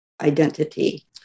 identity